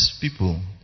people